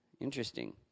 Interesting